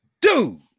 Dude